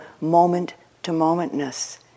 moment-to-momentness